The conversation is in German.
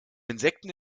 insekten